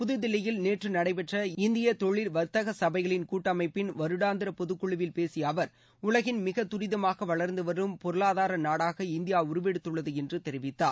புதுதில்லியில் நேற்று நடைபெற்ற இந்திய தொழில் வர்த்தக சபைகளின் கூட்டமைப்பின் வருடாந்திர பொதுக்குழுவில் பேசிய அவர் உலகின் மிக துரிதமாக வளர்ந்து வரும் பொருளாதார நாடாக இந்தியா உருவெடுத்துள்ளது என்று தெரிவித்தார்